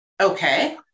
okay